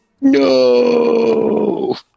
no